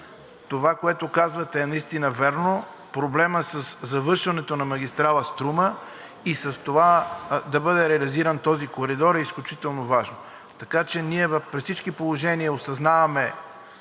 Това, което казвате, е наистина вярно. Проблемът със завършването на магистрала „Струма“ и с това да бъде реализиран този коридор е изключително важен. Така че ние при всички положения осъзнаваме